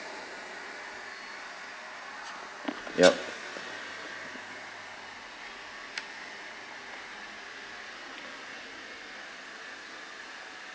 yup